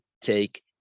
take